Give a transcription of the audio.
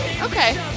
Okay